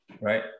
Right